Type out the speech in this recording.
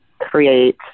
create